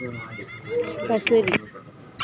बसरी